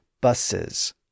buses